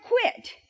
quit